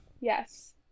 Yes